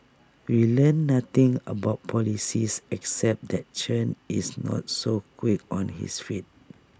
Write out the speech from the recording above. we learnt nothing about policies except that Chen is not so quick on his feet